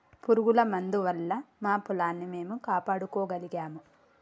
పురుగుల మందు వల్ల మా పొలాన్ని మేము కాపాడుకోగలిగాము